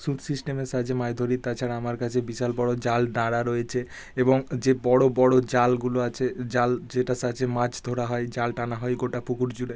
সুঁত সিস্টেমের সাহায্যে মাছ ধরি তাছাড়া আমার কাছে বিশাল বড়ো জাল দাড়া রয়েছে এবং যে বড়ো বড়ো জালগুলো আছে জাল যেটার সাহায্যে মাছ ধরা হয় জাল টানা হয় গোটা পুকুর জুড়ে